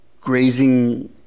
grazing